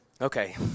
okay